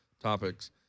topics